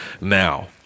now